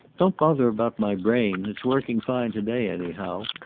don't bother about my brain. it's working fine to-day, anyhow.